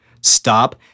Stop